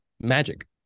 magic